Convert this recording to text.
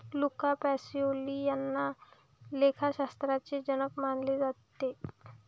Luca Pacioli यांना लेखाशास्त्राचे जनक मानले जाते